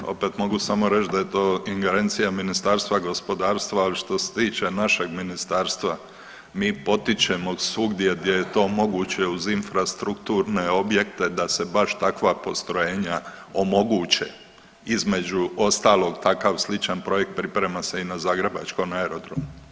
Dobro, opet mogu samo reć da je to ingerencija Ministarstva gospodarstva, ali što se tiče našeg ministarstva mi potičemo svugdje gdje je to moguće uz infrastrukturne objekte da se baš takva postrojenja omoguće, između ostalog takav sličan projekt priprema se i na zagrebačkom aerodromu.